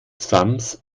sams